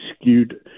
skewed